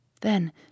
Then